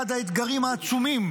אחד האתגרים העצומים,